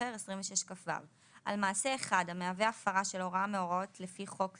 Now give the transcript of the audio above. אחר על מעשה אחד המהווה הפרה של הוראה מההוראות לפי חוק זה,